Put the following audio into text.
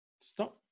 stop